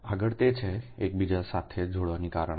આગળ તે છે એકબીજા સાથે જોડાવાના કારણો છે